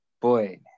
boy